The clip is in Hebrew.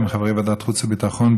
עם חברי ועדת חוץ וביטחון,